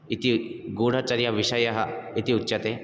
इति गूढचर्यविषयः इति उच्यते